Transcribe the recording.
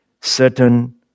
certain